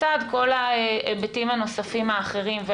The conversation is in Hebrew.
לצד כל ההיבטים הנוספים האחרים.